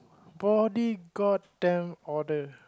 body god damn odour